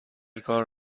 کار